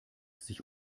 sich